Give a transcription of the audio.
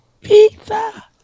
Pizza